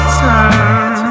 turn